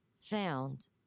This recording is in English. found